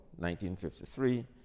1953